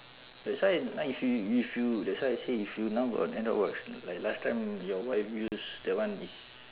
that's why now you feel you feel that's why I say you feel now got ana~ box like last time your wife use that one is